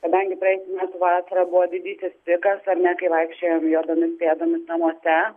kadangi praėjusių metų vasarą buvo didysis pikas ar ne kai vaikščiojom juodomis pėdomis namuose